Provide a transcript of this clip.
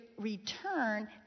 return